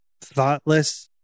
thoughtless